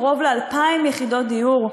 על קרוב ל-2,000 יחידות דיור,